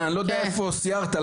לא יודע איפה סיירת,